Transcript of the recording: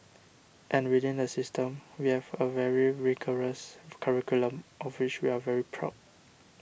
and within the system we have a very rigorous curriculum of which we are very proud